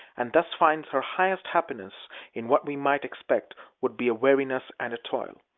and thus finds her highest happiness in what we might expect would be a weariness and a toil.